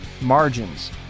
margins